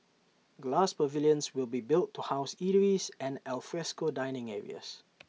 glass pavilions will be built to house eateries and alfresco dining areas